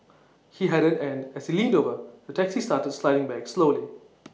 he hadn't and as he leaned over the taxi started sliding backwards slowly